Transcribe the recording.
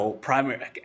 primary